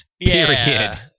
Period